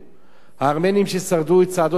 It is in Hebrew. הארמנים ששרדו את צעדות הגירוש